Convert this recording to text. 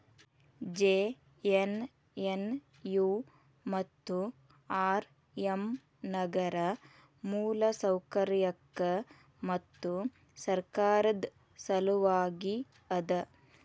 JNNU ಮತ್ತು RM Nagar ಮೂಲಸೌಕರ್ಯಕ್ಕ ಮತ್ತು ಸರ್ಕಾರದ್ ಸಲವಾಗಿ ಅದ